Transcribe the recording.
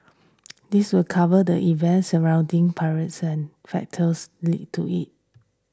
this will cover the events surrounding pilots and factors led to it